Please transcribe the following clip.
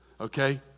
Okay